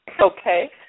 Okay